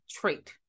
trait